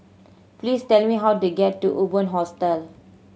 please tell me how to get to Urban Hostel